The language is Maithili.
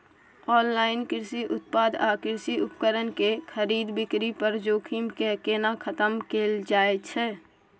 ऑनलाइन कृषि उत्पाद आ कृषि उपकरण के खरीद बिक्री पर जोखिम के केना खतम कैल जाए छै?